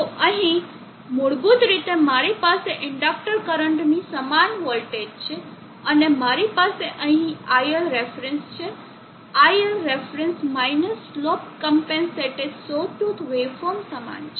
તો અહીં મૂળભૂત રીતે મારી પાસે ઇન્ડક્ટર કરંટની સમાન વોલ્ટેજ છે અને મારી પાસે અહીં IL રેફરન્સ છે જે ILref minus slope compensated sawtooth waveform સમાન છે